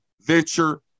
Venture